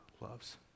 loves